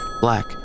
black